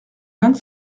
vingt